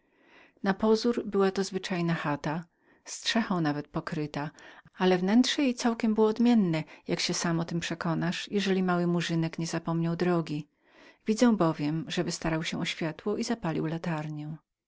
na pozór była to zwyczajna chata strzechą nawet pokryta ale wnętrze jej całkiem było odmienne jak się pan sam o tem przekonasz jeżeli mały murzynek nie zapomniał drogi widzę bowiem że dostał światła i zapalił latarnią